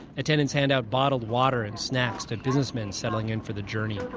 attendants hand out bottled water and snacks to businessmen settling-in for the journey.